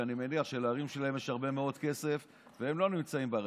שאני מניח שלהורים שלהם יש הרבה מאוד כסף והם לא נמצאים בארץ.